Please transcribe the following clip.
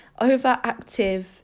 overactive